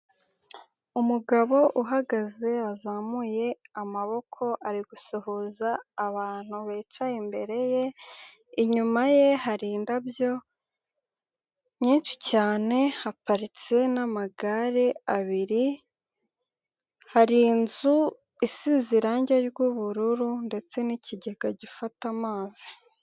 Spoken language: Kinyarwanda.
Umugabo uhagaze wazamuye amaboko ari gusuhuza abantu bicaye imbere ye, inyuma ye hari indabyo nyinshi cyane haparitse n'amagare abiri, hari inzu isize irange ry'ubururu ndetse n'ikigega gifata amazi.